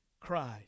Christ